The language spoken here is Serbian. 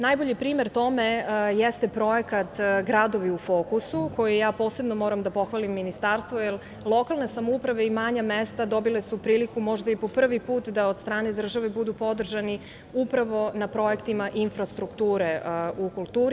Najbolji primer tome jeste projekat „Gradovi u fokusu“ za koji posebno moram da pohvalim Ministarstvo, jer lokalne samouprave u manja mesta dobile su priliku možda i po prvi put da od strane države budu podržani upravo na projektima infrastrukture u kulturi.